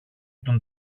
τον